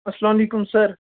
اَلسلامُ علیکُم سَر